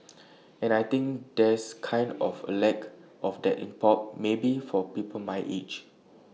and I think there's kind of A lack of that in pop maybe for people my age